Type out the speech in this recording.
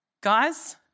guys